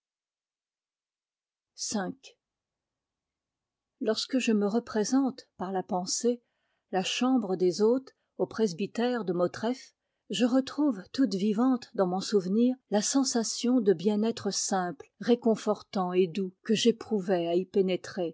v lorsque je me représente par la pensée la chambre des hôtes au presbytère de motreff je retrouve toute vivante dans mon souvenir la sensation de bien-être simple réconfortant et doux que j'éprouvai à y pénétrer